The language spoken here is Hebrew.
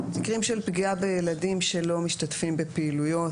מקרים של פגיעה בילדים שלא משתתפים בפעילויות.